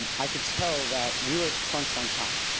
um i could tell that we were crunched on time.